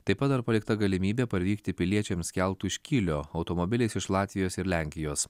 taip pat dar palikta galimybė parvykti piliečiams keltu iš kylio automobiliais iš latvijos ir lenkijos